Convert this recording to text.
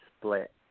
split